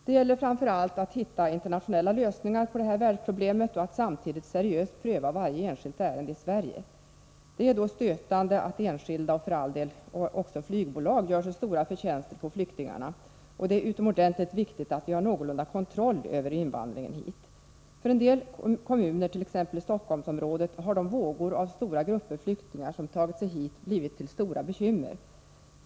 Det gäller framför allt att hitta internationella lösningar på detta världsproblem och att samtidigt seriöst pröva varje enskilt ärende i Sverige. Det är då stötande att enskilda och för all del också flygbolag gör sig stora förtjänster på flyktingarna, och det är utomordentligt viktigt att vi har någorlunda kontroll över invandringen hit. För en del kommuner, t.ex. i Stockholmsområdet, har de vågor av stora grupper flyktingar som tagit sig hit medfört stora bekymmer.